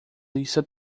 lista